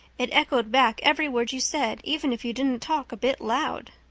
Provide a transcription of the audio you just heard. it echoed back every word you said, even if you didn't talk a bit loud.